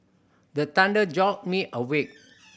the thunder jolt me awake